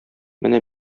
менә